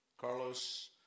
Carlos